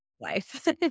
life